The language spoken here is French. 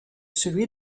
celui